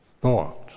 thought